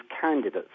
candidates